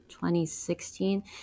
2016